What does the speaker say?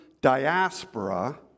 diaspora